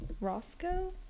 roscoe